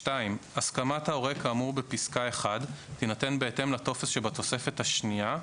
(2)הסכמת ההורה כאמור בפסקה (1) תינתן בהתאם לטופס שבתוספת השנייה,